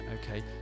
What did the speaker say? okay